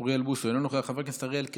אוריאל בוסו, אינו נוכח, חבר הכנסת אריאל קלנר,